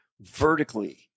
vertically